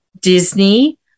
Disney